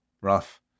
rough